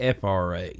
FRA